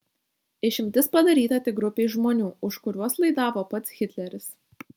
išimtis padaryta tik grupei žmonių už kuriuos laidavo pats hitleris